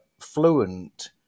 fluent